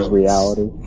reality